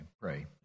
pray